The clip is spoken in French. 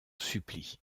supplie